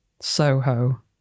Soho